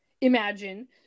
imagine